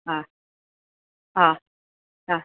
हा हा हा